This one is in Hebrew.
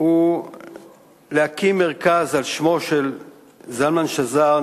היא להקים מרכז על שמו של זלמן שזר,